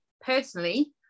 personally